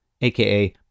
aka